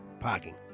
Parking